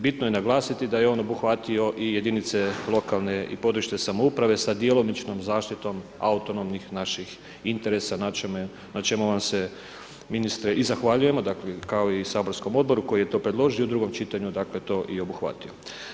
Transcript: Bitno je naglasiti da je on obuhvatio i jedinice lokalne i područne samouprave sa djelomičnom zaštitom autonomnih naših interesa na čemu vam se ministre i zahvaljujemo, kao i saborskom Odboru koji je to predložio u drugom čitanju, dakle, to i obuhvatio.